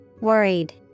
Worried